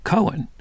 Cohen